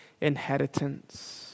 Inheritance